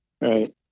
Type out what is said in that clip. Right